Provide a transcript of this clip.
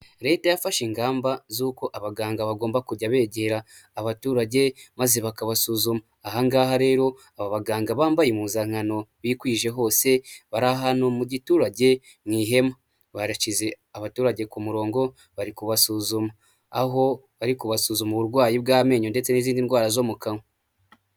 Leta yafashe ingamba z'uko abaganga bagomba kujya begera abaturage maze bakabasuzuma. Aha ngaha rero aba baganga bambaye impuzankano bikwije hose bari ahantu mu giturage mu ihema, baracize abaturage ku murongo bari kubasuzuma, aho bari kubasuzuma uburwayi bw'amenyo ndetse n'izindi ndwara zo mu kanwa.